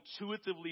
intuitively